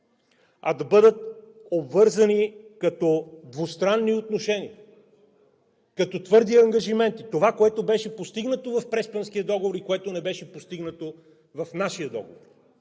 а да бъдат обвързани като двустранни отношения, като твърди ангажименти? Това, което е постигнато в Преспанския договор и което не беше постигнато в нашия договор,